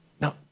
Now